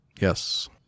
Yes